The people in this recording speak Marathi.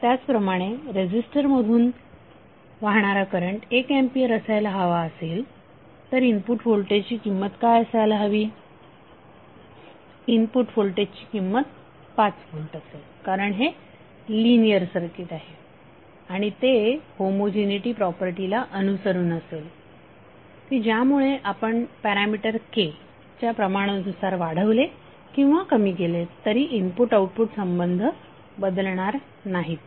त्याचप्रमाणे रेझीस्टर मधून वाहणारा करंट 1 एंपियर असायला हवा असेल तर इनपुट व्होल्टेजची किंमत काय असायला हवी इनपुट व्होल्टेजची किंमत 5 व्होल्ट असेल कारण हे लिनियर सर्किट आहे आणि ते होमोजिनीटी प्रॉपर्टीला अनुसरून असेल की ज्यामुळे आपण पॅरामिटर K च्या प्रमाणानुसार वाढवले किंवा कमी केले तरी इनपुट आउटपुट संबंध बदलणार नाहीत